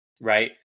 right